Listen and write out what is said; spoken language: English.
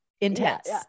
intense